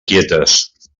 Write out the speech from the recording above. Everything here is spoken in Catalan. quietes